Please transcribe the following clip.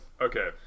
Okay